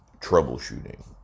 troubleshooting